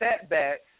setbacks